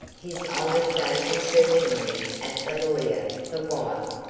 his eyes gazing searchingly at the lawyer the while.